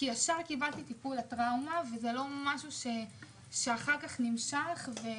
כי מייד קיבלתי טיפול לטראומה וזה לא משהו שנמשך לי אחר כך,